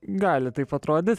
gali taip atrodyt